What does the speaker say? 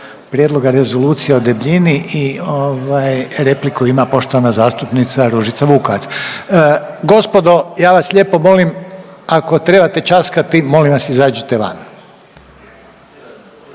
Prijedloga Rezolucije o debljini i ovaj repliku ima poštovana zastupnica Ružica Vukovac. Gospodo ja vas lijepo molim ako trebate časkati molim vas izađite van.